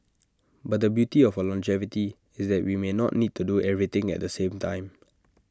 but the beauty of our longevity is that we may not need to do everything at the same time